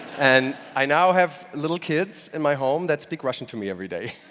and i now have little kids in my home that speak russian to me every day.